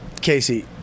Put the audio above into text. Casey